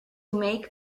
make